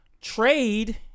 Trade